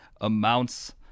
amounts